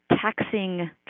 taxing